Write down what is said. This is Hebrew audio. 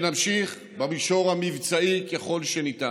ונמשיך במישור המבצעי ככל שניתן,